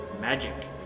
magic